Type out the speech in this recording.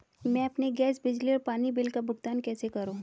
मैं अपने गैस, बिजली और पानी बिल का भुगतान कैसे करूँ?